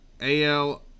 AL